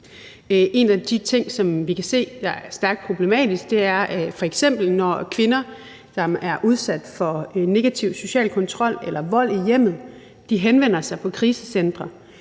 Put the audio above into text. En af de ting, som vi kan se er stærkt problematiske, er f.eks., når kvinder, som er udsat for negativ social kontrol eller vold i hjemmet, og som henvender sig på krisecentre,